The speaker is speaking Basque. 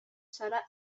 zara